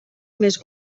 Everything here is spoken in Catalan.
més